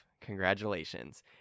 Congratulations